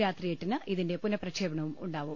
രാത്രി എട്ടിന് ഇതിന്റെ പുനപ്രക്ഷേപണവും ഉണ്ടാവും